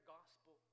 Gospel